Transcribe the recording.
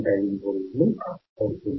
5 V అవుతుంది